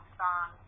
song